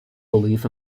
belief